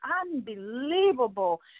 unbelievable